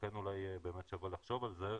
לכן אולי שווה לחשוב על זה,